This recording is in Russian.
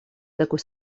такой